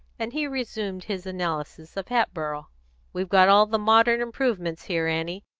and he resumed his analysis of hatboro' we've got all the modern improvements here, annie.